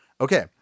Okay